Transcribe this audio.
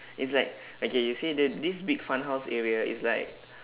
it's like okay you see the this big fun house area is like